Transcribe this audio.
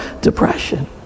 depression